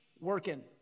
working